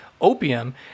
opium